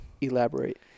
Elaborate